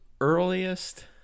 earliest